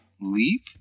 leap